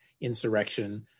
insurrection